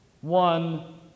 one